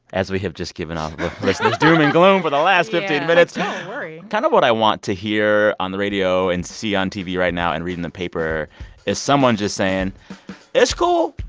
as we have just given off a list of doom and gloom for the last fifteen minutes yeah don't worry kind of what i want to hear on the radio and see on tv right now and read in the paper is someone just saying it's cool.